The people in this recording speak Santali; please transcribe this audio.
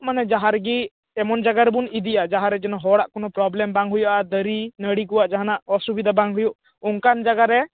ᱢᱟᱱᱮ ᱡᱟᱦᱟᱸ ᱨᱮᱜᱮ ᱮᱢᱚᱱ ᱡᱟᱭᱜᱟ ᱨᱮᱵᱚᱱ ᱤᱫᱤᱭᱟ ᱡᱟᱦᱟᱸ ᱨᱮ ᱡᱮᱱᱚ ᱦᱚᱲᱟᱜ ᱠᱳᱱᱳ ᱯᱨᱳᱵᱮᱞᱮᱢ ᱵᱟᱝ ᱦᱩᱭᱩᱜᱼᱟ ᱫᱟᱨᱮ ᱱᱟᱹᱲᱤ ᱠᱚᱣᱟᱜ ᱡᱟᱦᱟᱸᱱᱟᱜ ᱚᱥᱩᱵᱤᱫᱟ ᱵᱟᱝ ᱦᱩᱭᱩᱜ ᱚᱱᱠᱟᱱ ᱡᱟᱭᱜᱟ ᱨᱮ